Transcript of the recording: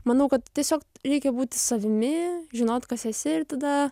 manau kad tiesiog reikia būti savimi žinot kas esi ir tada